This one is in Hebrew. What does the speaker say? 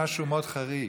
מוותר,